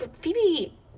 Phoebe